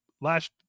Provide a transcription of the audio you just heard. last